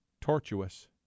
tortuous